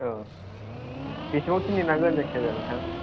औ बेसेबांसो नेनांगोन जायखिजाया नोंथां